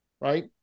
right